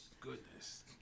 Goodness